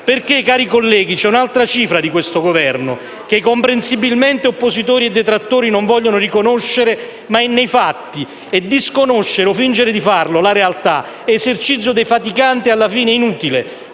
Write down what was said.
PD)*. Cari colleghi, c'è un'altra cifra di questo Governo, che comprensibilmente oppositori e detrattori non vogliono riconoscere, ma è nei fatti e disconoscere o fingere nei fatti la realtà è esercizio defatigante e, alla fine, inutile: